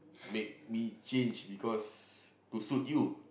make me change because to suit you